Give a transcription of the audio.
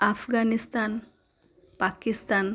Afghanistan Pakistan